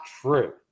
true